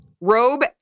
Robe